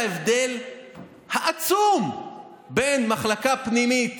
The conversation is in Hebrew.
את יודעת את ההבדל העצום בין מחלקה פנימית